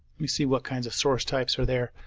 you see what kind of source types are there.